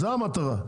זו המטרה?